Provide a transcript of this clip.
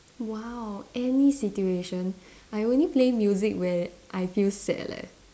!wow! any situation I only play music when I feel sad leh